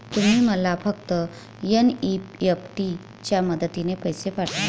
तुम्ही मला फक्त एन.ई.एफ.टी च्या मदतीने पैसे पाठवा